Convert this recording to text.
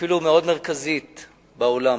מאוד מרכזית בעולם.